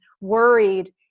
worried